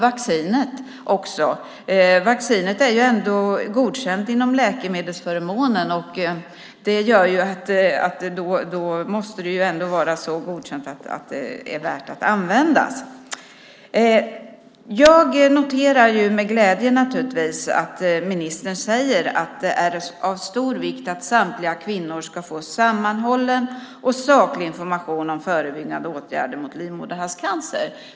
Vaccinet är godkänt och ingår i läkemedelsförmånen, och då måste det väl ändå vara värt att använda. Jag noterar naturligtvis med glädje att ministern säger att det är av stor vikt att samtliga kvinnor ska få sammanhållen och saklig information om förebyggande åtgärder mot livmoderhalscancer.